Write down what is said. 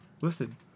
Listen